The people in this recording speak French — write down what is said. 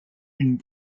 une